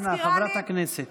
מילה אחרונה, חברת הכנסת.